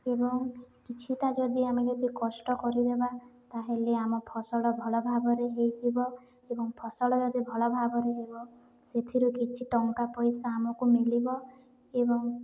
ଏବଂ କିଛିଟା ଯଦି ଆମେ ଯଦି କଷ୍ଟ କରିଦେବା ତାହେଲେ ଆମ ଫସଲ ଭଲ ଭାବରେ ହେଇଯିବ ଏବଂ ଫସଲ ଯଦି ଭଲ ଭାବରେ ହେବ ସେଥିରୁ କିଛି ଟଙ୍କା ପଇସା ଆମକୁ ମିଳିବ ଏବଂ